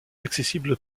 accessible